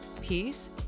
peace